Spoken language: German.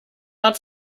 hat